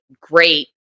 great